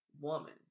woman